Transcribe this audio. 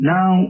Now